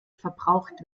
verbraucht